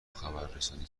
خبررسانی